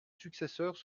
successeurs